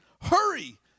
hurry